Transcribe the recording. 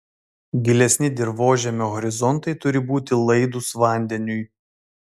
gilesni dirvožemio horizontai turi būti laidūs vandeniui